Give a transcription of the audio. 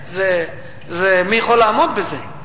מי יכול לעמוד בזה?